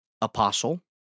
apostle